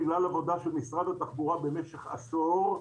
בגלל עבודה של משרד התחבורה במשך עשור,